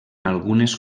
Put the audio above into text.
algunes